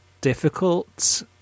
difficult